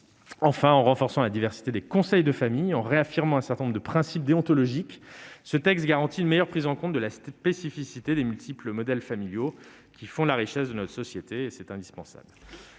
Enfin, en renforçant la diversité des conseils de famille et en réaffirmant un certain nombre de principes déontologiques, le texte garantit une meilleure prise en compte de la spécificité des multiples modèles familiaux qui font la richesse de notre société. C'est indispensable.